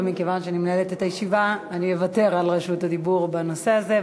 ומכיוון שאני מנהלת את הישיבה אני אוותר על רשות הדיבור בנושא הזה.